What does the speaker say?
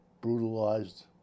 brutalized